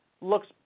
looks